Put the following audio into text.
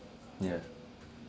ya